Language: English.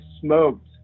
smoked